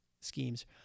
schemes